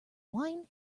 wine